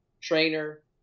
trainer